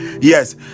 yes